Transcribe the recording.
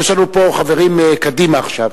יש לנו פה חברים מקדימה עכשיו.